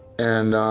and